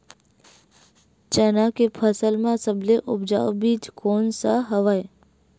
चना के फसल म सबले उपजाऊ बीज कोन स हवय?